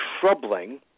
troubling